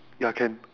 ya can